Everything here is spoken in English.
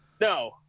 No